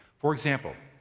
for example,